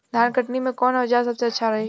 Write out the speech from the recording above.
धान कटनी मे कौन औज़ार सबसे अच्छा रही?